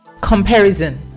Comparison